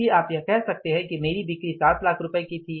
फिर आप कह सकते हैं कि मेरी बिक्री 7 लाख रुपये की थी